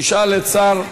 ישאל את שר,